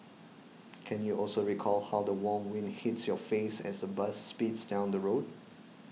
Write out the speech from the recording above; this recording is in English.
can you also recall how the warm wind hits your face as the bus speeds down the road